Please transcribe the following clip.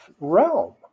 realm